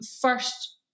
first